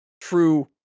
true